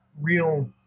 real